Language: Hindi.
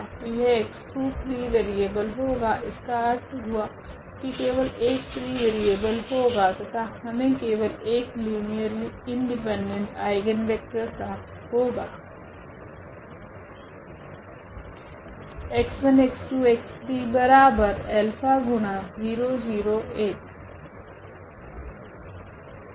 तो यह x2 फ्री वेरिएबल होगा इसका अर्थ हुआ की केवल एक फ्री वेरिएबल होगा तथा हमे केवल एक लीनियरली इंडिपेंडेंट आइगनवेक्टर प्राप्त होगा